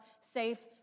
safe